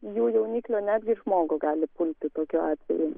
jų jauniklio netgi žmogų gali pulti tokiu atveju